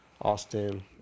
Austin